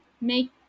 make